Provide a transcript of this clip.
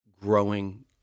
growing